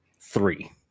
three